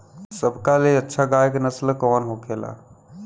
सबका ले अच्छा गाय के नस्ल कवन होखेला?